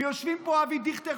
ויושבים פה אבי דיכטר,